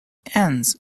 ends